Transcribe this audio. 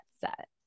set